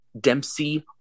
dempsey